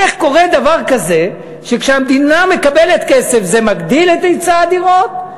איך קורה דבר כזה שכשהמדינה מקבלת כסף זה מגדיל את היצע הדירות,